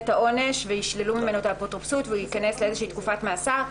את העונש וישללו ממנו את האפוטרופסות והוא ייכנס לתקופת מאסר כלשהי.